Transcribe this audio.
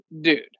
dude